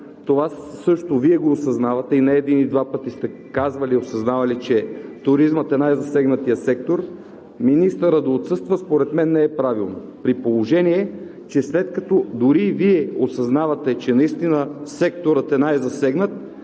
това също Вие го осъзнавате и не един и два пъти сте казвали, че туризмът е най-засегнатият сектор, министърът да отсъства според мен не е правилно, при положение че, след като дори Вие осъзнавате, че наистина секторът е най-засегнат,